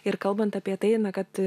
ir kalbant apie tai kad